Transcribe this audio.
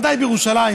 בוודאי בירושלים,